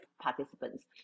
participants